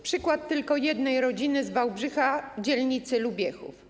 Przykład tylko jednej rodziny z Wałbrzycha, z dzielnicy Lubiechów.